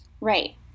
Right